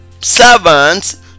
servants